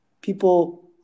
people